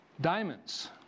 diamonds